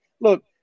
look